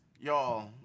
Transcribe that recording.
y'all